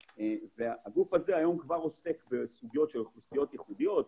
הגוף הזה כבר היום עוסק בסוגיות של אוכלוסיות ייחודיות,